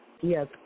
Yes